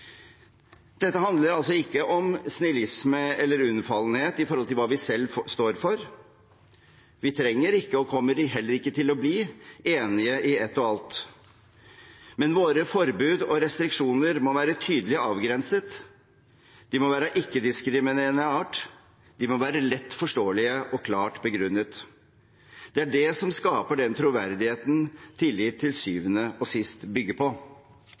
Dette handler ikke om snillisme eller unnfallenhet når det gjelder hva vi selv står for. Vi trenger ikke å være – og kommer heller ikke til å bli – enige i ett og alt. Men våre forbud og restriksjoner må være tydelig avgrenset, de må være av en ikke-diskriminerende art, de må være lett forståelige og klart begrunnet. Det skaper den troverdigheten som tillit til syvende og sist bygger på.